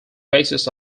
basis